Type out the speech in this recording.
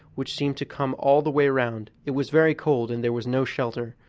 which seemed to come all the way round it was very cold, and there was no shelter.